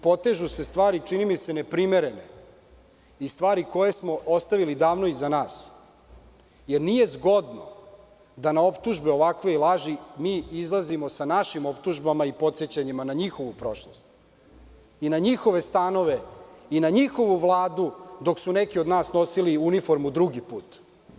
Potežu se stvari, čini mi se, neprimerene i stvari koje smo ostavili davno iza nas jer nije zgodno da na optužbe ovakve i laži mi izlazimo sa našim optužbama i podsećanjima na njihovu prošlost i na njihove stanove i na njihovu vladu dok su neki od nas nosili uniformu po drugi put.